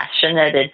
passionate